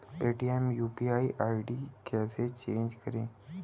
Paytm UPI ID कैसे change करें?